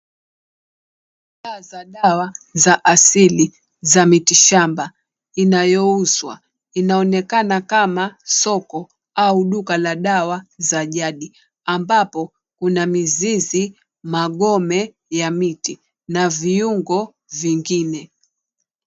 Bidhaa za dawa za asili za mitishamba inayouzwa. Inaonekana kama soko au duka la dawa za jadi ambapo kuna mizizi, magome ya miti na viungo vingine.